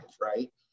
right